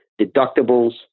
Deductibles